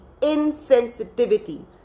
insensitivity